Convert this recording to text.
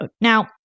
Now